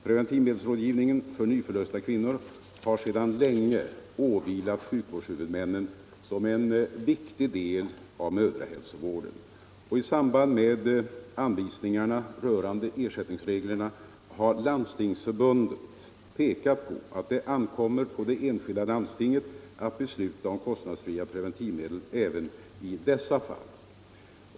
Preventivmedelsrådgivningen för nyförlösta kvinnor har sedan länge åvilat sjukvårdshuvudmännen som en viktig del av mödrahälsovården. I samband med anvisningarna rörande ersättningsreglerna har Landstingsförbundet pekat på att det ankommer på det enskilda landstinget att besluta om kostnadsfria preventivmedel även i dessa fall.